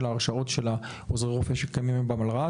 ההרשאות של עוזרי הרופא שקיימים במלר"ד,